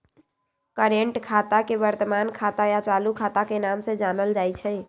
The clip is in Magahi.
कर्रेंट खाता के वर्तमान खाता या चालू खाता के नाम से जानल जाई छई